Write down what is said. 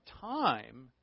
time